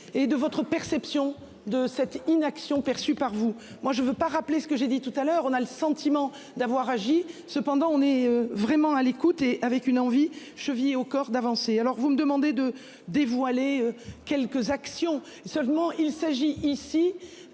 et de votre perception de cette inaction perçue par vous, moi je veux pas rappeler ce que j'ai dit tout à l'heure, on a le sentiment d'avoir agi. Cependant, on est vraiment à l'écoute et avec une envie chevillée au corps d'avancer. Alors vous me demandez de dévoiler quelques actions seulement il s'agit ici.